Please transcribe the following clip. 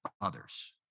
others